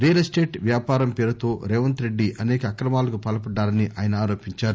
real estate వ్యాపారం పేరుతో రేవంత్ రెడ్డి అసేక అక్రమాలకు పాల్సడ్డారని ఆయన ఆరోపించారు